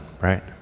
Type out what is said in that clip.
right